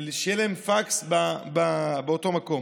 שיהיה להם פקס באותו מקום.